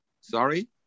Sorry